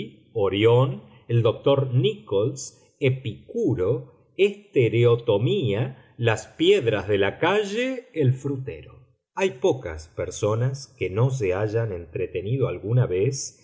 orión el doctor nichols epicuro estereotomía las piedras de la calle el frutero hay pocas personas que no se hayan entretenido alguna vez